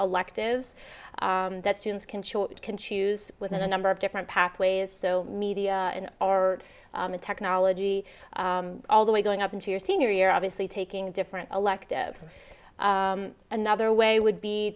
electives that students can short can choose within a number of different pathways so media and our technology all the way going up into your senior year obviously taking different electives another way would be